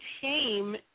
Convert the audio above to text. shame